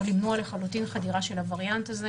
למנוע לחלוטין חדירה של הווריאנט הזה,